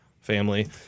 family